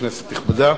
כנסת נכבדה,